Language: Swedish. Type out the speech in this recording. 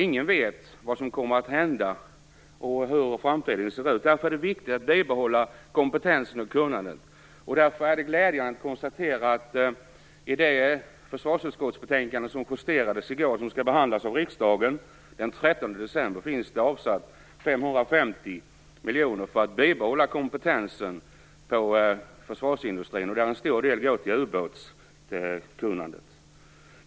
Ingen vet vad som kommer att hända och hur framtiden ser ut. Därför är det viktigt att man bibehåller kompetensen och kunnandet. Det är därför glädjande att konstatera att man i det betänkande från försvarsutskottet som justerades i går och som skall behandlas av riksdagen den 13 december har avsatt 550 miljoner kronor för att kompetensen inom försvarsindustrin skall kunna bibehållas. En stor del av detta går till ubåtskunnandet.